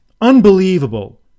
Unbelievable